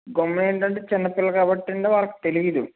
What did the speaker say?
గమ్యం ఏంటంటే చిన్నపిల్ల కాబట్టి వాళ్లకు తెలీదు